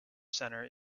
center